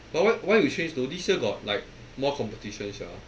but why why you change though this year got like more competition sia